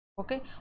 okay